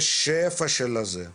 יש שפע של סמים.